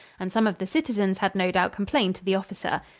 and some of the citizens had no doubt complained to the officer.